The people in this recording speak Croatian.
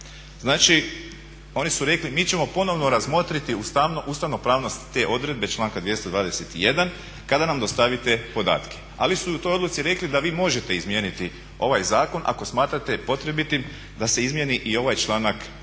Znači oni su rekli mi ćemo ponovno razmotriti ustavnopravnost te odredbe članka 221. kada nam dostavite podatke. Ali su u toj odluci rekli da vi možete izmijeniti ovaj zakon ako smatrate potrebitim da se izmijeni i ovaj članak